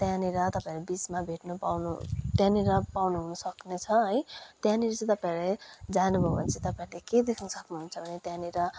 त्यहाँनिर तपाईँहरू बिचमा भेट्नु पाउनु त्यहाँनिर पाउनुहुन सक्नेछ है त्यहाँनिर चाहिँ तपाईँहरू जानु भयो भने चाहिँ तपाईँहरूले के देख्न सक्नुहुन्छ भने त्यहाँनिर